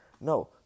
No